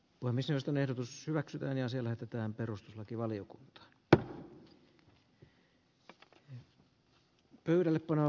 uimisestaan ehdotus hyväksytään ja se vaalityössä on ollut mukana